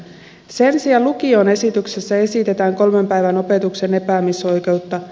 sen sijaan lukioon esityksessä esitetään kolmen päivän opetuksen epäämisoikeutta